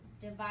divide